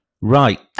Right